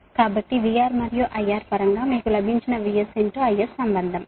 కాబట్టి VR మరియు IR పరంగా మీకు లభించిన VS IS సంబంధం